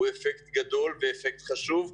הוא גדול וחשוב.